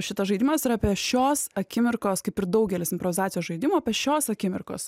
šitas žaidimas yra apie šios akimirkos kaip ir daugelis improvizacijos žaidimų apie šios akimirkos